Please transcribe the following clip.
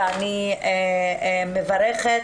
ואני מברכת.